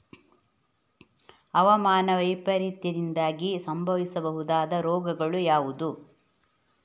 ಹವಾಮಾನ ವೈಪರೀತ್ಯದಿಂದಾಗಿ ಸಂಭವಿಸಬಹುದಾದ ರೋಗಗಳು ಯಾವುದು?